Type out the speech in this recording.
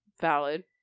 Valid